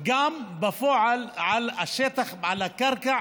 גם בפועל, בשטח, על הקרקע,